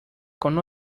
con